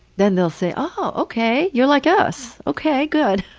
then they'll say, oh, ok. you're like us. ok, good.